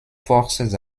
forces